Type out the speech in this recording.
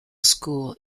school